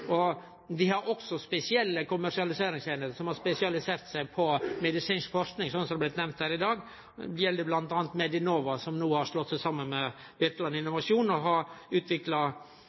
miljø. Dei har også spesielle kommersialiseringseiningar som har spesialisert seg på medisinsk forsking, som det er blitt nemnt her i dag. Det gjelder bl.a. Medinnova, som no har slått seg saman med Birkeland Innovasjon og har utvikla